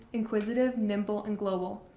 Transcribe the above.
inquisitive, nimble, and global.